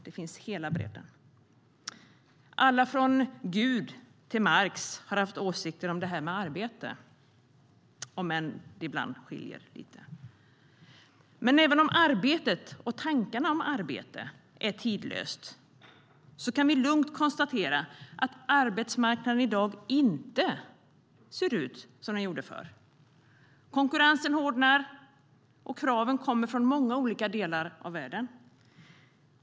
Där finns hela bredden. Även om arbetet och tankarna om arbete är tidlöst kan vi lugnt konstatera att arbetsmarknaden i dag inte ser ut som den gjorde förr. Konkurrensen hårdnar, och kraven kommer från andra delar av världen.